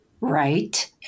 right